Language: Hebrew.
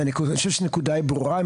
אני חושב שהנקודה היא ברורה.